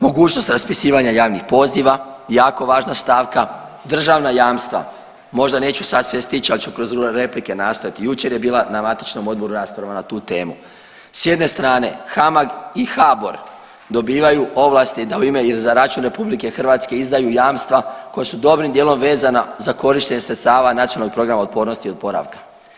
Mogućnost raspisivanja javnih poziva, jako važna stavka, državna jamstva možda neću sad sve stić ali ću kroz druge replike nastojati, jučer je bila na matičnom odboru rasprava na tu temu, s jedne strane HAMAG i HBOR dobivaju ovlasti da u ime i za račun RH izdaju jamstva koja su dobrim djelom vezana za korištenje sredstava Nacionalnog programa otpornosti i oporavka.